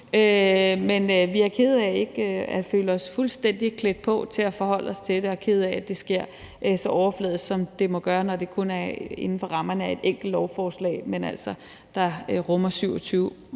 men vi er kede af ikke at føle os fuldstændig klædt på til at forholde os til det og kede af, at det sker så overfladisk, som det må gøre, når det kun er inden for rammerne af et enkelt lovforslag, der altså rummer 27